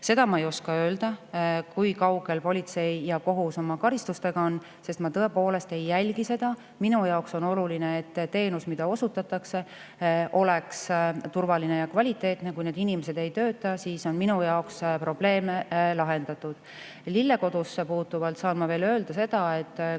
Seda ma ei oska öelda, kui kaugel politsei ja kohus oma karistustega on, sest ma tõepoolest ei jälgi seda. Minu jaoks on oluline, et teenus, mida osutatakse, oleks turvaline ja kvaliteetne. Kui need inimesed ei tööta, siis on minu jaoks probleem lahendatud. Lille Kodusse puutuvalt saan ma veel öelda seda, et kõnealust